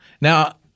Now